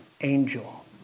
angel